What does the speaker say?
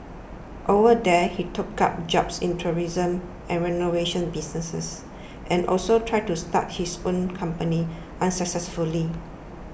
over there he took up jobs in tourism and renovation businesses and also tried to start his own company unsuccessfully